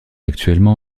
actuellement